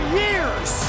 years